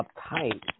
uptight